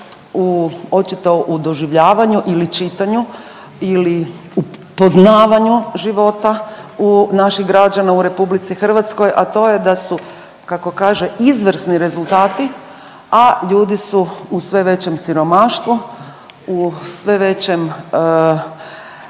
u očito u doživljavanju ili čitanju ili upoznavanju života u, naših građana u RH, a to je da su, kako kaže, izvrsni rezultati, a ljudi su u sve većem siromaštvu, u sve većem,